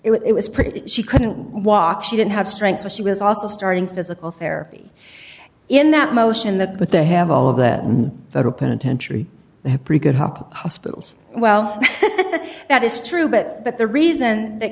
pretty she couldn't walk she didn't have strength but she was also starting physical therapy in that motion that they have all of that new federal penitentiary they have pretty good help hospitals well that is true but but the reason that